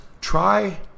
Try